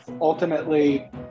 ultimately